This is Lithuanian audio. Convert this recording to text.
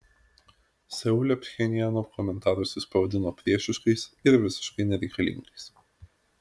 seule pchenjano komentarus jis pavadino priešiškais ir visiškai nereikalingais